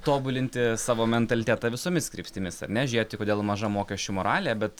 tobulinti savo mentalitetą visomis kryptimis ar ne žėti kodėl maža mokesčių moralė bet